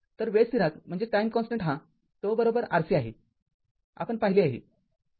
तर वेळ स्थिरांक हा ζRC आहे आपण पाहिले आहे